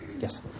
Yes